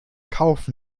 kauf